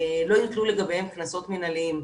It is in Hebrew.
לא יוטלו לגביהם קנסות מינהליים.